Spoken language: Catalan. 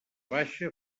baixa